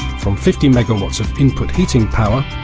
from fifty megawatts of input heating power,